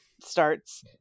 starts